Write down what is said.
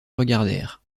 regardèrent